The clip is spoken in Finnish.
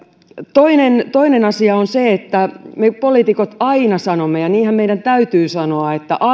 toinen toinen asia on se että me poliitikot aina sanomme ja niinhän meidän täytyy sanoa että